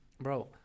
Bro